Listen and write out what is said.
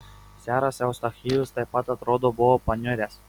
seras eustachijus taip pat atrodo buvo paniuręs